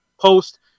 post